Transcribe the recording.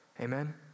Amen